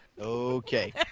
Okay